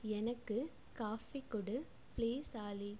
எனக்கு காஃபி கொடு ப்ளீஸ் ஆலி